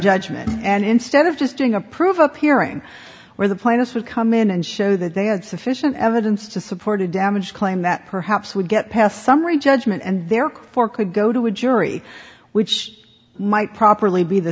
judgment and instead of just doing approve appearing where the plaintiffs would come in and show that they had sufficient evidence to support a damage claim that perhaps would get past summary judgment and there for could go to a jury which might properly be the